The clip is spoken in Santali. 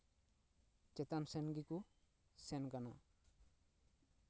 ᱪᱮᱛᱟᱱ ᱥᱮᱱ ᱜᱮᱠᱚ ᱥᱮᱱ ᱠᱟᱱᱟ